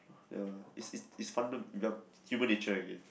ya it's it's it's funda~ human nature again